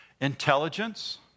intelligence